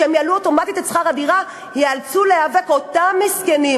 וכשהם יעלו אוטומטית את שכר הדירה אותם מסכנים,